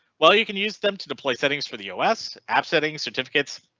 well, you can use them to deploy settings for the ios app settings certificates.